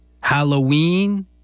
Halloween